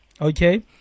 Okay